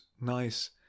nice